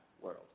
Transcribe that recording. world